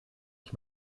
ich